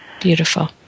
Beautiful